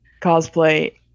cosplay